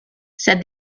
said